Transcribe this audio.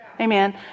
Amen